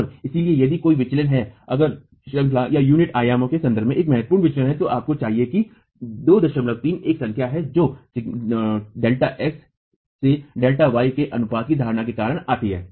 और इसलिए यदि कोई विचलन है अगर श्रंखलायूनिट आयामों के संदर्भ में एक महत्वपूर्ण विचलन है तो आपको चाहिए कि 23 एक संख्या है जो Δx से Δy के अनुपात की धारणा के कारण आती है